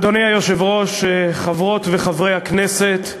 אדוני היושב-ראש, חברות וחברי הכנסת,